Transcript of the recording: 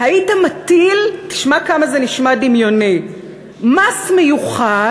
היית מטיל, תשמע כמה זה נשמע דמיוני, מס מיוחד,